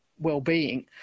well-being